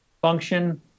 function